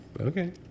Okay